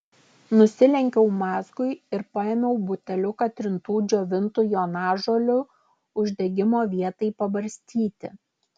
nusilenkiau mazgui ir paėmiau buteliuką trintų džiovintų jonažolių uždegimo vietai pabarstyti